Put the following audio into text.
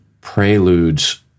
preludes